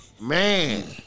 Man